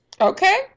Okay